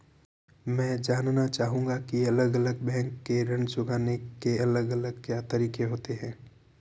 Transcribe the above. मैं जानना चाहूंगा की अलग अलग बैंक के ऋण चुकाने के अलग अलग क्या तरीके होते हैं?